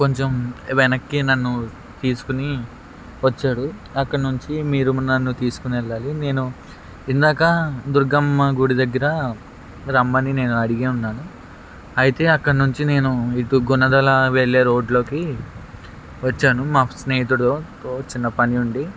కొంచెం వెనక్కి నన్ను తీసుకుని వచ్చాడు అక్కడ నుంచి మీరు నన్ను తీసుకుని వెళ్ళాలి నేను ఇందాక దుర్గమ్మ గుడి దగ్గర రమ్మని నేను అడిగి ఉన్నాను అయితే అక్కడ నుంచి నేను ఇటు గుణదల వెళ్ళే రోడ్లోకి వచ్చాను మా స్నేహితుడు తో చిన్న పని ఉండి